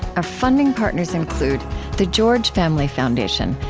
our funding partners include the george family foundation,